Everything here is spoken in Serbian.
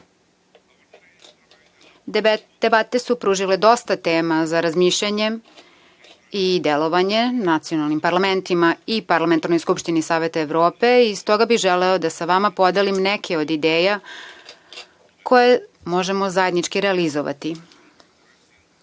su pružile dosta tema za razmišljanje i delovanje nacionalnim parlamentima i Parlamentarnoj skupštini Saveta Evrope i stoga bih želeo da sa vama podelim neke od ideja koje možemo zajednički realizovati. Prvo